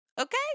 okay